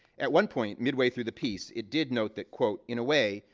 at one point, midway through the piece, it did note that, quote, in a way,